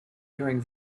during